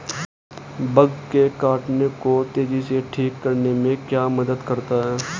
Bug के काटने को तेजी से ठीक करने में क्या मदद करता है?